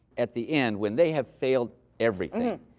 at the end, when they have failed everything.